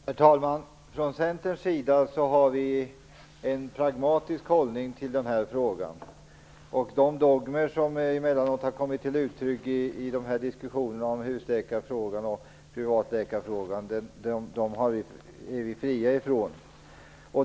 Herr talman! Vi från Centern har en pragmatisk hållning till den här frågan. De dogmer som emellanåt har kommit till uttryck i diskussionerna om husläkare och privatläkare är vi fria ifrån.